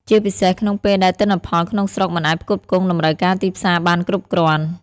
ជាពិសេសក្នុងពេលដែលទិន្នផលក្នុងស្រុកមិនអាចផ្គត់ផ្គង់តម្រូវការទីផ្សារបានគ្រប់គ្រាន់។